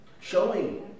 showing